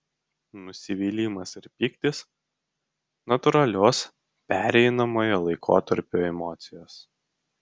nusivylimas ir pyktis natūralios pereinamojo laikotarpio emocijos